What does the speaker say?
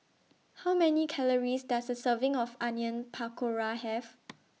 How Many Calories Does A Serving of Onion Pakora Have